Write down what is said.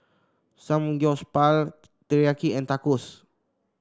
Samgyeopsal Teriyaki and Tacos